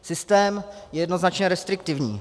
Systém je jednoznačně restriktivní.